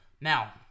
Now